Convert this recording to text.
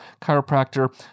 chiropractor